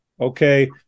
okay